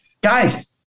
guys